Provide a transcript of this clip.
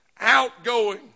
outgoing